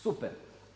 Super.